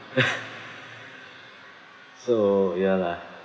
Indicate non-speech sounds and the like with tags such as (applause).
(laughs) so ya lah